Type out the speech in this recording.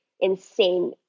insane